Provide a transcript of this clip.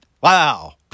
Wow